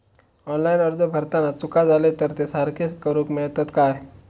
Online अर्ज भरताना चुका जाले तर ते सारके करुक मेळतत काय?